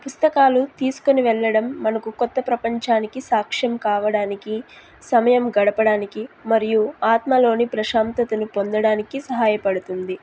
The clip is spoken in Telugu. పుస్తకాలు తీసుకుని వెళ్ళడం మనకు కొత్త ప్రపంచానికి సాక్ష్యం కావడానికి సమయం గడపడానికి మరియు ఆత్మలోని ప్రశాంతతను పొందడానికి సహాయపడుతుంది